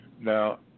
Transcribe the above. Now